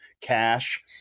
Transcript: cash